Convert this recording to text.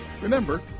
Remember